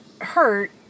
hurt